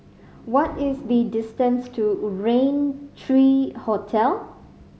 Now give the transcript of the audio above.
what is the distance to Rain Three Hotel